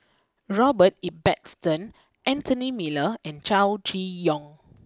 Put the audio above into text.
Robert Ibbetson Anthony Miller and Chow Chee Yong